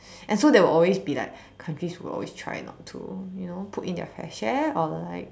and so there will always be like countries who will always try not to you know put in their fair share or like